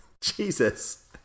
Jesus